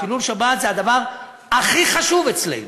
חילול שבת זה הדבר הכי חשוב אצלנו.